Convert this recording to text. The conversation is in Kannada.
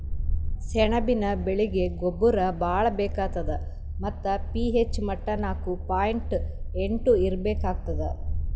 ಸೆಣಬಿನ ಬೆಳೀಗಿ ಗೊಬ್ಬರ ಭಾಳ್ ಬೇಕಾತದ್ ಮತ್ತ್ ಪಿ.ಹೆಚ್ ಮಟ್ಟಾ ನಾಕು ಪಾಯಿಂಟ್ ಎಂಟು ಇರ್ಬೇಕಾಗ್ತದ